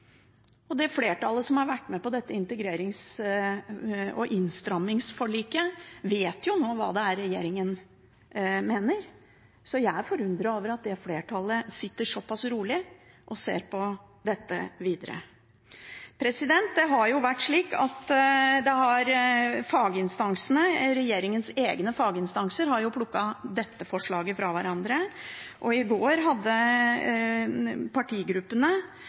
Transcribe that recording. har vært med på dette integrerings- og innstrammingsforliket, vet jo nå hva det er regjeringen mener, så jeg er forundret over at det flertallet sitter såpass rolig og ser på dette videre. Faginstansene, regjeringens egne faginstanser, har plukket dette forslaget fra hverandre, og i går hadde partigruppene